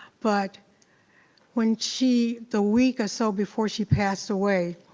but when she, the week or so before she passed away,